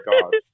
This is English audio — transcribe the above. God